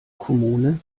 kommune